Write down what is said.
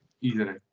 easily